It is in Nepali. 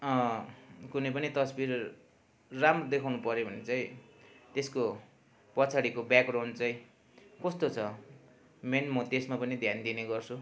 कुनै पनि तस्बिर राम्रो देखाउनु पर्यो भने चाहिँ त्यसको पछाडिको ब्याक ग्राउन्ड चाहिँ कस्तो छ मेन म त्यसमा पनि ध्यान दिने गर्छु